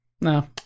no